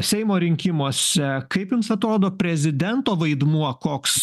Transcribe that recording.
seimo rinkimuose kaip jums atrodo prezidento vaidmuo koks